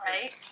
right